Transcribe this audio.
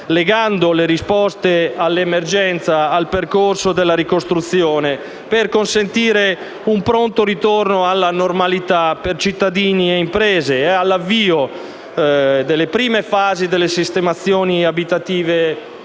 legando le risposte all'emergenza e al percorso della ricostruzione. Ciò per consentire un pronto ritorno alla normalità per cittadini e imprese e per dare avvio alle prime fasi delle sistemazioni temporanee,